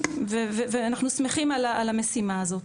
ואנחנו שמחים על המשימה הזאת.